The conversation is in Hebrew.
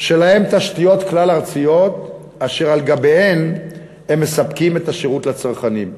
שלהם תשתיות כלל-ארציות אשר על גביהן הם מספקים את השירות לצרכנים.